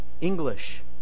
English